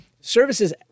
Services